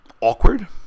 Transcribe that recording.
awkward